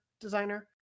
designer